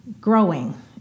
growing